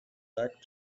back